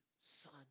son